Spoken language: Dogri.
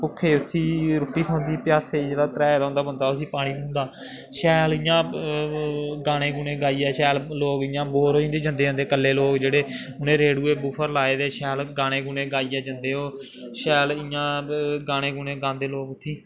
भुक्खे उत्थें रुट्टी खाद्धी प्यासे गी जेह्ड़ा त्रेहाए दा होंदा उसी पानी थ्होंदा शैल इ'यां गाने गूने गाइयै शैल लोक इ'यां बोर होई जंदे कल्ले कल्ले लोक जेह्ड़े उ'नें रेडूए बूफर लाए दे शैल गाने गूने गाइयै जंदे ओह् शैल इ'यां गाने गूने गांदे लोक उत्थीं